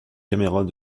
caméras